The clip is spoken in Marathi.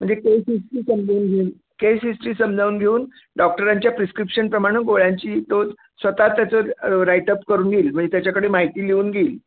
म्हणजे केस हिस्ट्री समजवून घेईल केस हिस्ट्री समजावून घेऊन डॉक्टरांच्या प्रिस्क्रिप्शनप्रमाणं गोळ्यांची तो स्वतः त्याचं राईटअप करून घेईल म्हणजे त्याच्याकडे माहिती लिहून घेईल